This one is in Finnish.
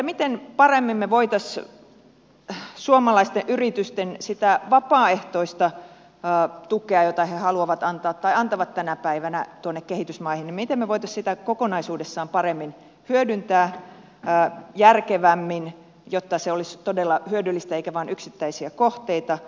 miten me voisimme suomalaisten yritysten sitä vapaaehtoista tukea jota he haluavat antaa tai antavat tänä päivänä kehitysmaihin kokonaisuudessaan paremmin hyödyntää järkevämmin jotta se olisi todella hyödyllistä eikä vain yksittäisiä kohteita